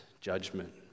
judgment